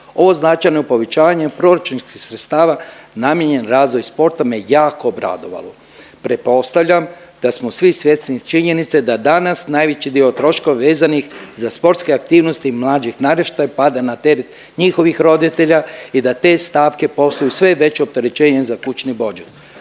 Ovo značajno povećanje proračunskih sredstava namijenjen razvoj sporta me jako obradovalo. Pretpostavljam da smo svi svjesni činjenice da danas najveći dio troškova vezanih za sportske aktivnosti mlađih naraštaja pada na teret njihovih roditelja i da te stavke postaju sve veće opterećenje za kućni budžet.